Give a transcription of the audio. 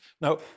Now